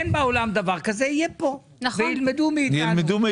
אין בעולם דבר כזה, יהיה פה וילמדו מאיתנו.